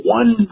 one